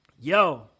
yo